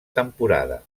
temporada